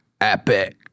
epic